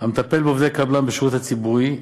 המטפל בעובדי קבלן בשירות הציבורי,